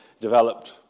developed